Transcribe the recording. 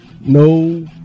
no